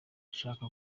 ushaka